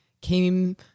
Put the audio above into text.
came